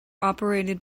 operated